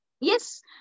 Yes